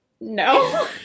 No